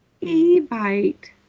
e-bite